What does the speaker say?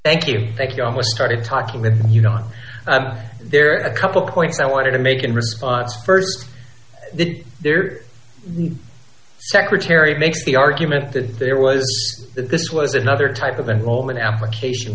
thank you thank you almost started talking with you know there are a couple points i want to make in response st there the secretary makes the argument that there was this was another type of enrollment application